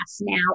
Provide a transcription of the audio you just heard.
now